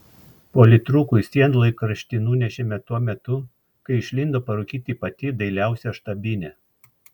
politrukui sienlaikraštį nunešėme tuo metu kai išlindo parūkyti pati dailiausia štabinė